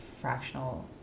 fractional